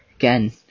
Again